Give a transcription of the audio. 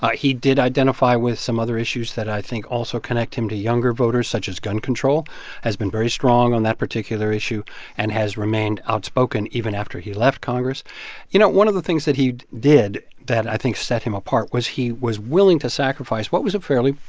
he did identify with some other issues that i think also connect him to younger voters, such as gun control has been very strong on that particular issue and has remained outspoken, even after he left congress you know, one of the things that he did that i think set him apart was he was willing to sacrifice what was a fairly,